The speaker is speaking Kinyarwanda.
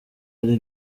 ari